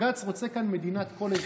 בג"ץ רוצה כאן מדינת כל אזרחיה.